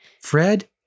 Fred